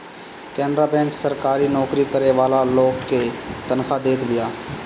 Canara bank सरकारी नोकरी करे वाला लोग के तनखा देत बिया